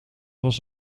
was